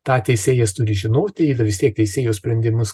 tą teisėjas turi žinoti ir vis tiek teisėjo sprendimus